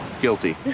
Guilty